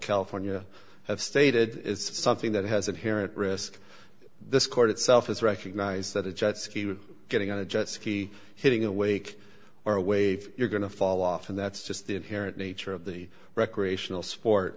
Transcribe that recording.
california have stated it's something that has inherent risk this court itself is recognize that a jet skier getting on a jet ski hitting a wake or a wave you're going to fall off and that's just the inherent nature of the recreational sport